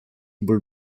bół